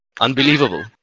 Unbelievable